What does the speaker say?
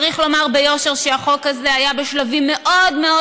צריך לומר ביושר שהחוק הזה היה בשלבים מאוד מאוד